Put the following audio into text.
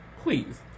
Please